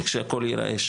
איך שהכל ייראה שם.